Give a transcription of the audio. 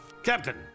Captain